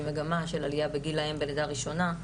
מגמה של עליה בגיל האם בלידה הראשונה,